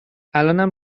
الانم